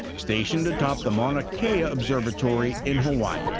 stationed atop the mauna kea ah observatory in hawaii. yeah